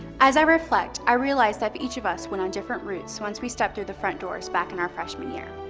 as i reflect, i realized that each of us went on different routes once we stepped through the front doors back in our freshman year,